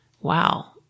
Wow